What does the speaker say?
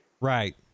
Right